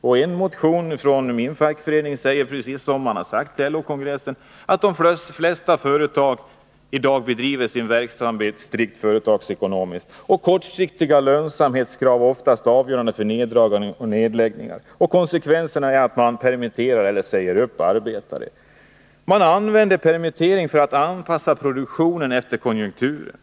I en motion från min fackförening sägs precis detsamma som man har sagt vid LO-kongressen, nämligen att de flesta företag i dag bedriver sin verksamhet strikt företagsekonomiskt och att kortsiktiga lönsamhetskrav ofta är avgörande för neddragningar och nedläggningar. Konsekvenserna är att man permitterar eller säger upp arbetare. Man använder permittering för att anpassa produktionen efter konjunkturen.